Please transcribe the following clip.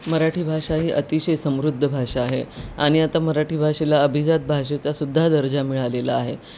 मराठी भाषा ही अतिशय समृद्ध भाषा आहे आणि आता मराठी भाषेला अभिजात भाषेचासुद्धा दर्जा मिळालेला आहे